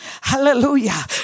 Hallelujah